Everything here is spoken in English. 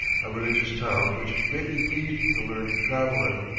a religious town which greatly pleased the learned traveller,